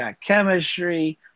chemistry